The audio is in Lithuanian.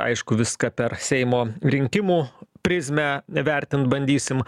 aišku viską per seimo rinkimų prizmę vertint bandysim